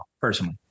personally